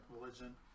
religion